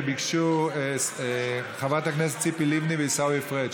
וביקשו חברת הכנסת ציפי לבני ועיסאווי פריג',